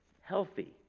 healthy